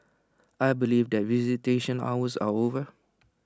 I believe that visitation hours are over